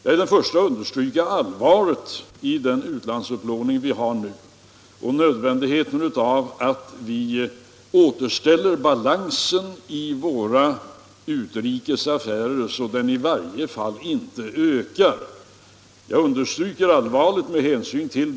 Jag är den förste att understryka det allvarliga i den upplåning vi har nu och nödvändigheten av att återställa balansen i våra utrikes affärer så att upplåningen i varje fall inte ökar.